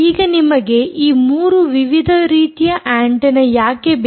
ಈಗ ನಿಮಗೆ ಈ 3 ವಿವಿಧ ರೀತಿಯ ಆಂಟೆನ್ನ ಯಾಕೆ ಬೇಕು